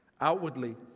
Outwardly